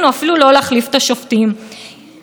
למען פתיחת יותר עסקים בשבת,